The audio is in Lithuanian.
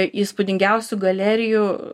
įspūdingiausių galerijų